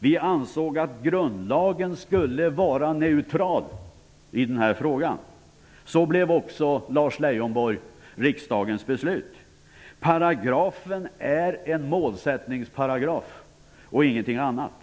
Vi ansåg att grundlagen skulle vara neutral i den här frågan. Så blev också, Lars Leijonborg, riksdagens beslut. Paragrafen är en målsättningsparagraf och ingenting annat.